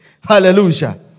Hallelujah